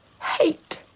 hate